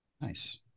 Nice